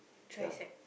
tricep